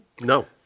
No